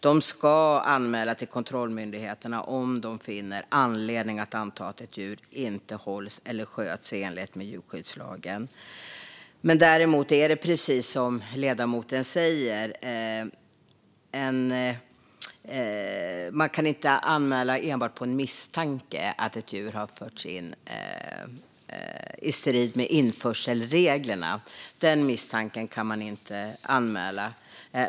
De ska anmäla till kontrollmyndigheterna om de finner anledning att anta att ett djur inte hålls eller sköts i enlighet med djurskyddslagen. Däremot är det, precis som ledamoten säger, så att man inte kan anmäla enbart på misstanke om att ett djur har förts in i strid med införselreglerna. Den misstanken kan man inte anmäla.